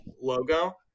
logo